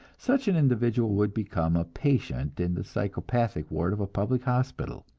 such an individual would become a patient in the psychopathic ward of a public hospital.